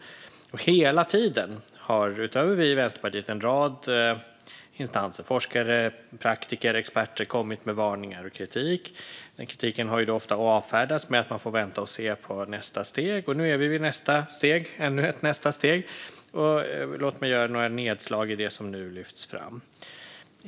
Hela tiden har, utöver Vänsterpartiet, en rad instanser, forskare, praktiker och experter kommit med varningar och kritik. Kritiken har ofta avfärdats med att man får vänta och se på nästa steg. Nu är vi vid ännu ett nästa steg. Låt mig därför göra några nedslag i det som nu lyfts fram.